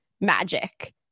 magic